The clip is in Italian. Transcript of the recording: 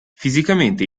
fisicamente